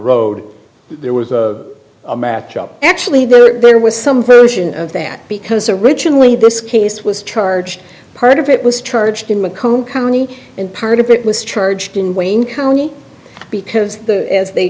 road there was a match up actually there was some version of that because originally this case was charged part of it was charged in mccomb county and part of it was charged in wayne county because as they